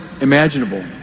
imaginable